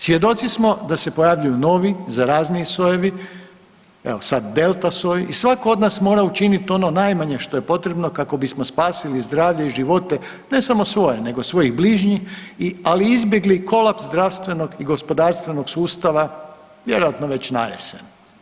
Svjedoci smo da se pojavljuju novi zarazniji sojevi, evo sad, delta soj i svako od nas mora učiniti ono najmanje što je potrebno kako bismo spasili zdravlje i živote, ne samo svoje, nego svojih bližnjih, ali izbjegli kolaps zdravstvenog i gospodarstvenog sustava, vjerojatno već najesen.